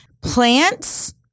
Plants